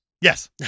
Yes